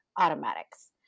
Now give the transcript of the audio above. Automatics